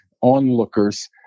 onlookers